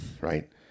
right